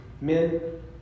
Men